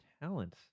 talent